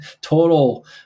total